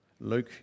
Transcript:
Luke